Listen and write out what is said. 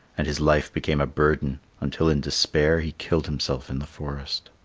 and his life became a burden until in despair he killed himself in the forest.